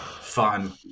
fun